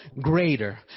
greater